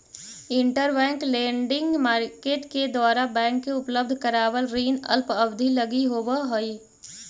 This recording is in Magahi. इंटरबैंक लेंडिंग मार्केट के द्वारा बैंक के उपलब्ध करावल ऋण अल्प अवधि लगी होवऽ हइ